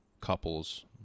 couples